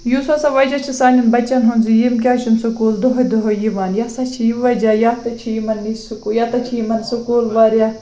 یُس ہسا وجہ چھِ سانٮ۪ن بَچَن ہُنٛد زِ یِم کیٛازِ چھِنہٕ سُکوٗل دۄہَے دۄہَے یِوان یہِ ہسا چھِ یہِ وجہ یا تہٕ چھِ یِمَن یہِ سُکو یا تہٕ چھِ یِمَن سُکوٗل واریاہ